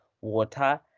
water